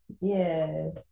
Yes